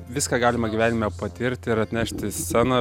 viską galima gyvenime patirti ir atnešt į sceną